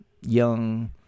young